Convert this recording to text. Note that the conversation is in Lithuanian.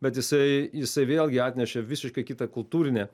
bet jisai jisai vėlgi atnešė visiškai kitą kultūrinę